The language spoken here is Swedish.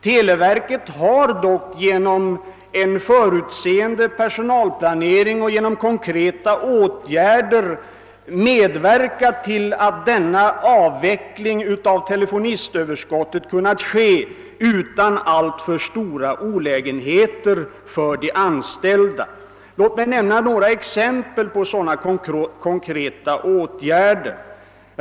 Televerket har dock genom en förutseende personalplanering och genom konkreta åtgärder medverkat till att denna avveckling av telefonistöverskottet kunnat ske utan alltför stora olägenheter för de anställda. Låt mig nämna några exempel på sådana konkreta åtgärder.